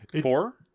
four